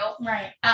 Right